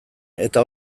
eta